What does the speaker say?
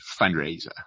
fundraiser